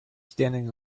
standing